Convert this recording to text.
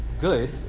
good